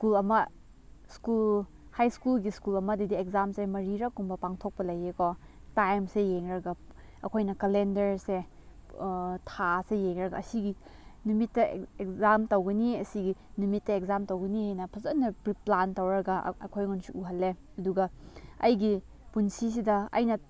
school ꯑꯃ school ꯍꯥꯏ ꯁ꯭ꯀꯨꯜꯒꯤ ꯁ꯭ꯀꯨꯜ ꯑꯃꯗꯗꯤ ꯑꯦꯛꯖꯥꯝꯁꯦ ꯃꯔꯤꯔꯛ ꯀꯨꯝꯕ ꯄꯥꯡꯊꯣꯛꯄ ꯂꯩꯌꯦꯀꯣ ꯇꯥꯏꯝꯁꯦ ꯌꯦꯡꯂꯒ ꯑꯩꯈꯣꯏꯅ ꯀꯂꯦꯟꯗꯔꯁꯦ ꯊꯥꯁꯦ ꯌꯦꯡꯂꯒ ꯑꯁꯤꯒꯤ ꯅꯨꯃꯤꯠꯇ ꯑꯦꯛꯖꯥꯝ ꯇꯧꯒꯅꯤ ꯑꯁꯤꯒꯤ ꯅꯨꯃꯤꯠꯇ ꯑꯦꯛꯖꯥꯝ ꯇꯧꯒꯅꯤꯅ ꯐꯖꯅ ꯄ꯭ꯔꯤ ꯄ꯭ꯂꯥꯟ ꯇꯧꯔꯒ ꯑꯩꯈꯣꯏꯉꯣꯟꯗꯁꯨ ꯎꯍꯜꯂꯦ ꯑꯗꯨꯒ ꯑꯩꯒꯤ ꯄꯨꯟꯁꯤꯁꯤꯗ ꯑꯩꯅ